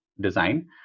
design